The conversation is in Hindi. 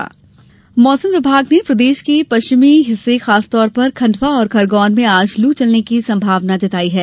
मौसम मौसम विभाग ने प्रदेश के पश्चिमी हिस्से खासतौर पर खंडवा और खरगोन में आज लू चलने की संभावना जताई है